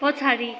पछाडि